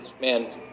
man